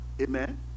Amen